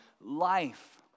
life